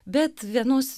bet vienos